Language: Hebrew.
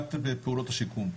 לטובת פעולות השיקום.